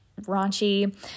raunchy